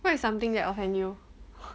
what is something that offend you